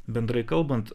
bendrai kalbant